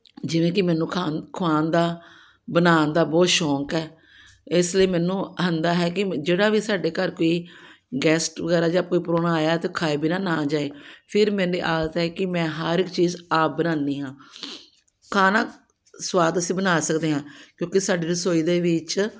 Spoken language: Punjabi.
ਜਿਵੇਂ ਕਿ ਮੈਨੂੰ ਖਾਣ ਖਵਾਉਣ ਦਾ ਬਣਾਉਣ ਦਾ ਬਹੁਤ ਸ਼ੌਕ ਹੈ ਇਸ ਲਈ ਮੈਨੂੰ ਹੁੰਦਾ ਹੈ ਕਿ ਜਿਹੜਾ ਵੀ ਸਾਡੇ ਘਰ ਕੋਈ ਗੈਸਟ ਵਗੈਰਾ ਜਾਂ ਕੋਈ ਪਰਾਹੁਣਾ ਆਇਆ ਤਾਂ ਖਾਏ ਬਿਨਾਂ ਨਾ ਜਾਏ ਫਿਰ ਮੈਨੂੰ ਆਸ ਹੈ ਕਿ ਮੈਂ ਹਰ ਇੱਕ ਚੀਜ਼ ਆਪ ਬਣਾਉਂਦੀ ਹਾਂ ਖਾਣਾ ਸਵਾਦ ਅਸੀਂ ਬਣਾ ਸਕਦੇ ਹਾਂ ਕਿਉਂਕਿ ਸਾਡੀ ਰਸੋਈ ਦੇ ਵਿੱਚ